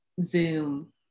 Zoom